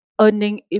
earning